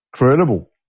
Incredible